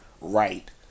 right